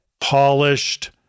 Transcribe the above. polished